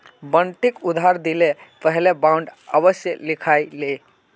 बंटिक उधार दि ल पहले बॉन्ड अवश्य लिखवइ ले